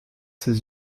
ses